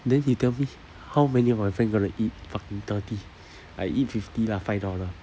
then you tell me how many of my friend going to eat fucking thirty I eat fifty lah five dollar